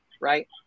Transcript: right